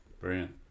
Brilliant